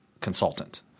consultant